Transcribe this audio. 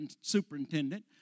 superintendent